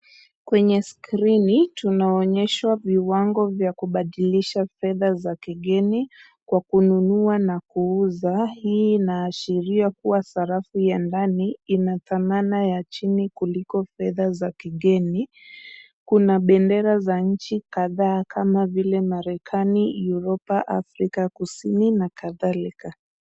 Kwenye skrini tunaonyeshwa viwango vya kubadilisha fedha za kigeni kwa kununua na kuuza, hii inaashiria kuwa sarafu ya ndani ina thamani ya chini kuliko fedha za kigeni. Kuna bendera za nchi kadha kama vile; Marekani, Europa, Afrika kusini na kadhalika.